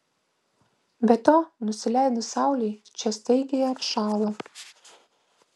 be to nusileidus saulei čia staigiai atšąla